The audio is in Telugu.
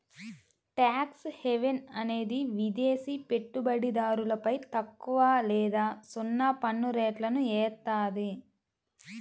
ట్యాక్స్ హెవెన్ అనేది విదేశి పెట్టుబడిదారులపై తక్కువ లేదా సున్నా పన్నురేట్లను ఏత్తాది